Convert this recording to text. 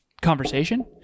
conversation